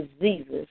diseases